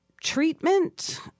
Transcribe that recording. treatment